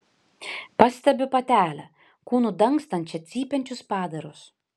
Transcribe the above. pastebiu patelę kūnu dangstančią cypiančius padarus